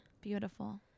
Beautiful